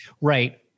Right